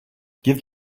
give